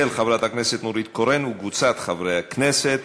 של חברת הכנסת נורית קורן וקבוצת חברי הכנסת.